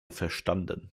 verstanden